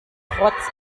rotz